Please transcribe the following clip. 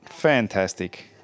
fantastic